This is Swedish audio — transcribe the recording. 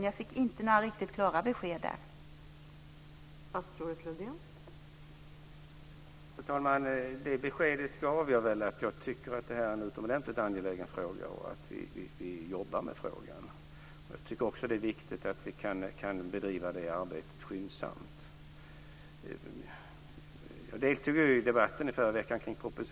Jag fick inte några riktigt klara besked vad gäller tidsaspekten.